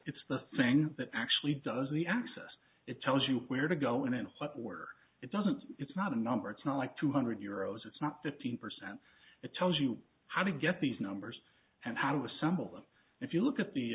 it's the thing that actually does the access it tells you where to go and what where it doesn't it's not a number it's not like two hundred euros it's not fifteen percent it tells you how to get these numbers and how to assemble them if you look at the